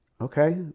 Okay